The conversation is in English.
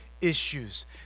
issues